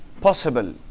possible